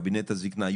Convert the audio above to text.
קבינט הזקנה,